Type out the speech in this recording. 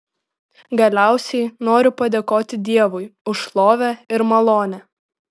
galiausiai noriu padėkoti dievui už šlovę ir malonę